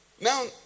Now